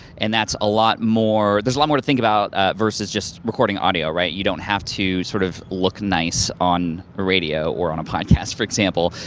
and that's a lot more, there's a lot more to think about versus just recording audio, right? you don't have to sort of look nice on a radio, or on a podcast for example.